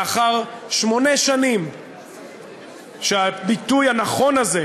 לאחר שמונה שנים שהביטוי הנכון הזה,